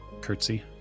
curtsy